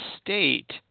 state